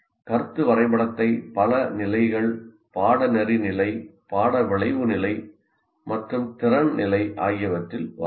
கருத்து வரைபடத்தை பல நிலைகள் பாடநெறி நிலை பாட விளைவு நிலை மற்றும் திறன் நிலை ஆகியவற்றில் வரையலாம்